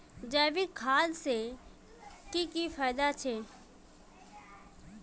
जैविक खाद से की की फायदा छे?